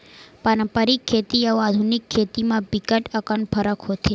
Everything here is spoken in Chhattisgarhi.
पारंपरिक खेती अउ आधुनिक खेती म बिकट अकन फरक होथे